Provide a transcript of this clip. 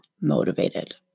motivated